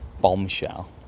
bombshell